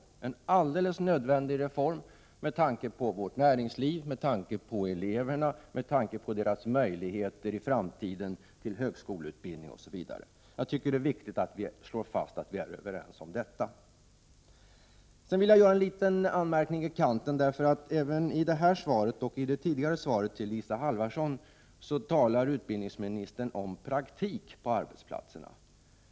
Det är en alldeles nödvändig reform med tanke på vårt näringsliv, eleverna och deras möjligheter i framtiden till högskoleutbildning osv. Det är viktigt att vi slår fast att vi är överens om detta. Jag vill göra en liten anmärkning i kanten. I detta svar, och i det tidigare svaret till Isa Halvarsson, talar utbildningsministern om praktik på arbetsplatserna.